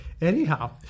Anyhow